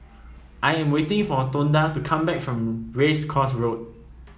I am waiting for Tonda to come back from Race Course Road